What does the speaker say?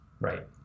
right